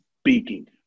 Speaking